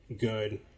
good